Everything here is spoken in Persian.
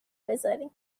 بزارین